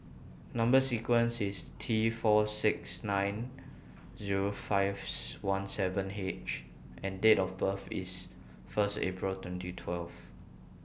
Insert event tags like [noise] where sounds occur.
Number sequences IS T four six nine Zero five [unintelligible] one seven H and Date of birth IS First April twenty twelve